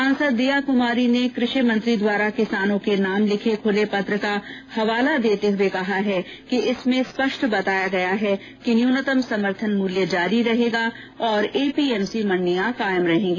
सांसद दिया कुमारी ने कृषि मंत्री द्वारा किसानों के नाम लिखे खुले पत्र का हवाला देते हुए कहा है कि इसमें स्पष्ट बताया गया है कि न्यूनतम समर्थन मूल्य जारी रहेगा और एपीएमसी मंडियाँ कायम रहेगी